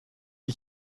die